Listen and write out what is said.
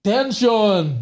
Tension